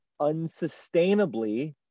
unsustainably